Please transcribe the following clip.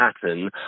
pattern